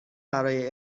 برای